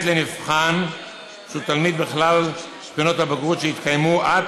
לנבחן שהוא תלמיד בכלל בחינות הבגרות שיתקיימו עד